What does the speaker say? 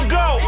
go